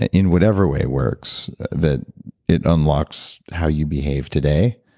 in whatever way works, that it unlocks how you behave today.